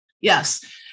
yes